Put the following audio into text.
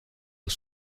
aux